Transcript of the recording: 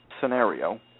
scenario